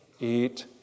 eat